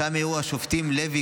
ששם העירו השופטים לוי,